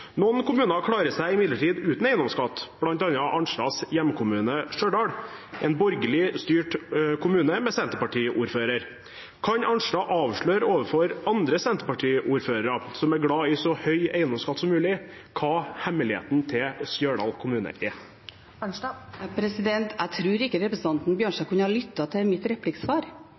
Noen kommuner klarer seg imidlertid uten eiendomsskatt, bl.a. representanten Arnstads hjemkommune, Stjørdal. Det er en borgerlig styrt kommune med Senterparti-ordfører. Kan Arnstad avsløre overfor andre Senterparti-ordførere, som er glad i så høy eiendomsskatt som mulig, hva hemmeligheten til Stjørdal kommune er? Jeg tror ikke representanten Bjørnstad kan ha lyttet til mitt replikksvar.